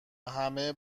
همه